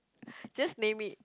just name it